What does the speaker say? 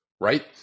right